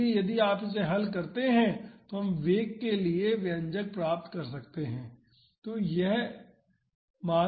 इसलिए यदि आप इसे हल करते हैं तो हम वेग के लिए यह व्यंजक प्राप्त कर सकते हैं